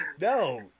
No